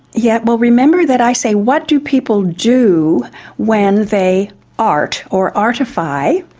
yes well remember that i say what do people do when they art or artify,